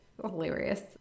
hilarious